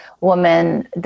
woman